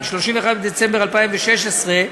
31 בדצמבר 2016,